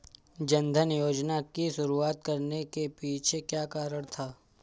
जन धन योजना की शुरुआत करने के पीछे क्या कारण था?